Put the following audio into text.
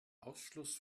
ausschluss